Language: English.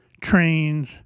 trains